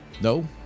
No